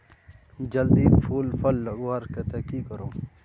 जल्दी फूल फल लगवार केते की करूम?